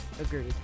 Agreed